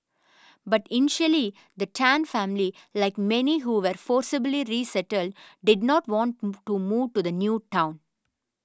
but initially the Tan family like many who were forcibly resettled did not want to move to the new town